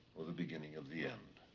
or the beginning of the end?